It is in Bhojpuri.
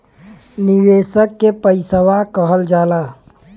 निवेशक के पइसवा के कहल जाला